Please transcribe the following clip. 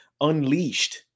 unleashed